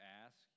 ask